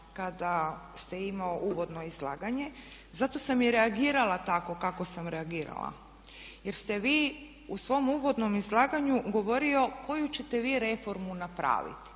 kada ste imao uvodno izlaganje zato sam i reagirala tako kako sam reagirala jer ste vi u svom uvodnom izlaganju govorio koju ćete vi reformu napraviti